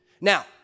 Now